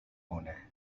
مونه